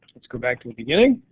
let's go back to the beginning.